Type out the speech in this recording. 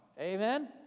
Amen